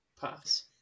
pass